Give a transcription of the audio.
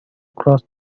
cross